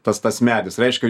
tas tas medis reiškia